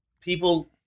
people